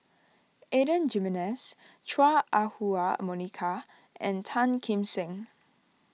Adan Jimenez Chua Ah Huwa Monica and Tan Kim Seng